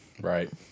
Right